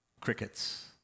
Crickets